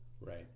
Right